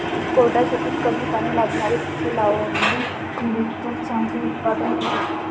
कोरड्या शेतीत कमी पाणी लागणारी पिकं लावली गेलीत तर चांगले उत्पादन होते